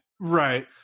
Right